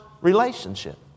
relationship